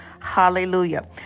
Hallelujah